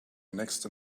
next